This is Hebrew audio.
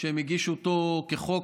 שהם הגישו אותו כחוק,